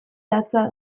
latza